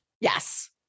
yes